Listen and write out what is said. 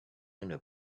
owner